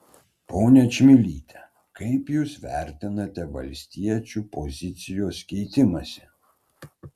ponia čmilyte kaip jūs vertinate valstiečių pozicijos keitimąsi